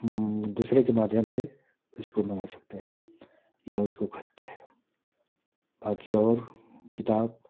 दूसरे के माध्यम से इसको मंगा सकते हैं या उसको ख़रीदते हैं बाकी और किताब